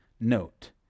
note